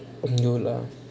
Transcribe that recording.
இங்கும்:ingum lah